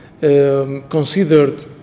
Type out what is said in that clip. considered